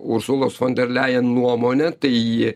ursulos fon der lejen nuomone tai